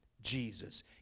Jesus